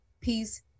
peace